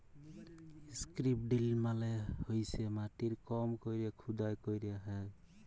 strip drill মালে হইসে মাটির কম কইরে খুদাই ক্যইরা হ্যয়